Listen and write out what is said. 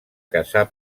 casar